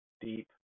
deep